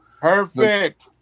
Perfect